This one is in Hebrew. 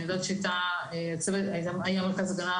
אני יודעת שהיה מרכז הגנה